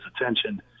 attention